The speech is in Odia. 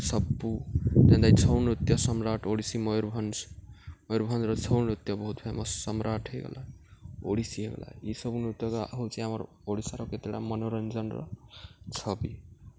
ସବୁ ଯେନ୍ତାକି ଛଉ ନୃତ୍ୟ ସମ୍ରାଟ୍ ଓଡ଼ିଶୀ ମୟୂରଭଞ୍ଜ ମୟୂରଭଞ୍ଜର ଛଉ ନୃତ୍ୟ ବହୁତ୍ ଫେମସ୍ ସମ୍ରାଟ୍ ହେଇଗଲା ଓଡ଼ିଶୀ ହେଇଗଲା ଇ ସବୁ ନୃତ୍ୟ ହଉଛେ ଆମର୍ ଓଡ଼ିଶାର କେତେଟା ମନୋରଞ୍ଜନ୍ର ଛବି